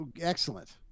Excellent